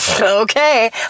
okay